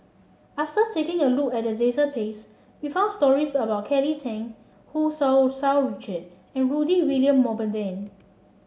after taking a look at database we found stories about Kelly Tang Hu Tsu Sau Richard and Rudy William Mosbergen